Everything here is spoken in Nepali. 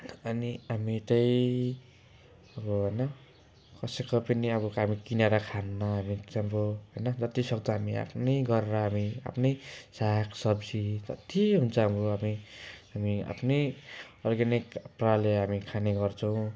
अनि हामी त्यही अब होइन कसैको पनि अब हामी किनेर खान्न हामी चाहिँ हाम्रो होइन जति सक्दो हामी आफ्नै गरेर हामी आफ्नै सागसब्जी जति हुन्छ हाम्रो अनि हामी आफ्नै अर्गेनिक पाराले हामी खाने गर्चौँ